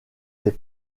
des